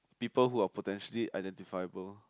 people who are potentially identifiable